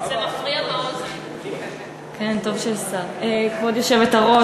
כבוד היושבת-ראש,